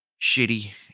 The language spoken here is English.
shitty